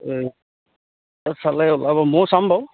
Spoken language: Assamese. মইও চাম বাৰু